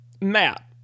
Matt